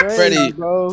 Freddie